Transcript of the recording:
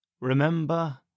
remember